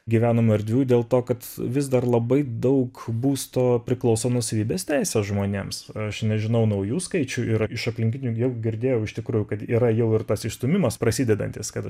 gyvenamų erdvių dėl to kad vis dar labai daug būsto priklauso nuosavybės teisė žmonėms aš nežinau naujų skaičių ir iš aplinkinių jau girdėjau iš tikrųjų kad yra jau ir tas išstūmimas prasidedantis kad